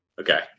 okay